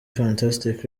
fantastic